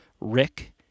Rick